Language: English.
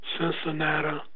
Cincinnati